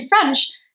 French